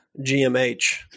GMH